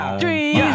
three